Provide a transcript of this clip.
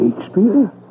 Shakespeare